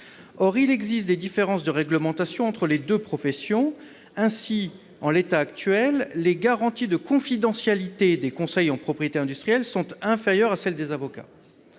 Or il existe des différences de réglementation entre les deux professions. Ainsi, en l'état actuel, les garanties de confidentialité des conseils en propriété industrielle sont inférieures à celles qui